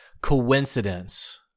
coincidence